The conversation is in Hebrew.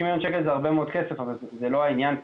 90 מיליון שקל זה הרבה מאוד כסף אבל זה לא העניין פה,